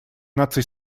наций